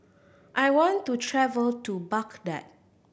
I want to travel to Baghdad